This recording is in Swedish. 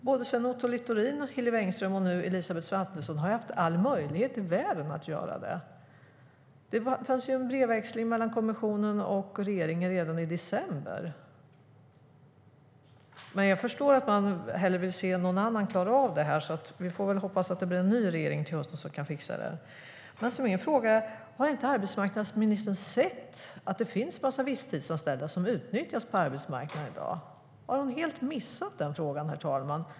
Såväl Sven-Otto Littorin och Hillevi Engström som nu Elisabeth Svantesson har haft all möjlighet i världen att göra det; det fanns en brevväxling mellan kommissionen och regeringen redan i december. Jag förstår dock att man hellre vill se någon annan klara av det här, så vi får väl hoppas att det blir en ny regering till hösten som kan fixa det. Min fråga är dock: Har inte arbetsmarknadsministern sett att det finns en massa visstidsanställda som utnyttjas på arbetsmarknaden i dag? Har hon helt missat den frågan, herr talman?